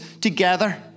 together